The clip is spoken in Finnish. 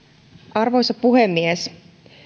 arvoisa puhemies